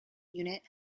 unit